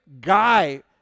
guy